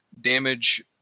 damage